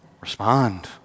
Respond